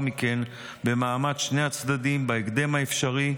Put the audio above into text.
מכן במעמד שני הצדדים בהקדם האפשרי,